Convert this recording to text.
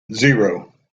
zero